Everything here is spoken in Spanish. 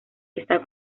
está